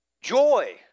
joy